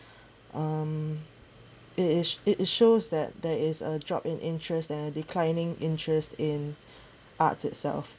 um it is it shows that there is a drop in interest and a declining interest in art itself